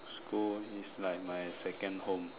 school is like my second home